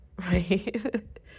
right